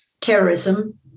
terrorism